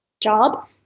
job